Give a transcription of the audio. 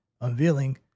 unveiling